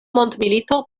mondmilito